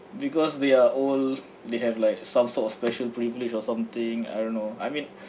because they are old they have like some sort of special privilege or something I don't know I mean